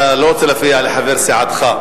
אתה לא רוצה להפריע לחבר סיעתך,